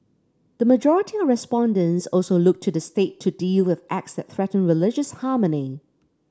the majority of respondents also looked to the State to deal with acts that threaten religious harmony